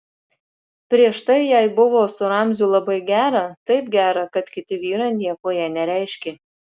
prieš tai jai buvo su ramziu labai gera taip gera kad kiti vyrai nieko jai nereiškė